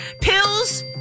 Pills